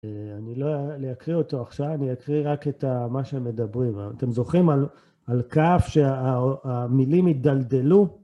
אני לא אקריא אותו עכשיו, אני אקריא רק את מה שהם מדברים. אתם זוכרים על כף שהמילים התדלדלו?